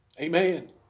Amen